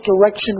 direction